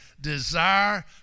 desire